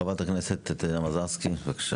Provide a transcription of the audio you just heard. חברת הכנסת טטיאנה מזרסקי, בבקשה.